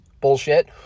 bullshit